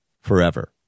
forever